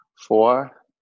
Four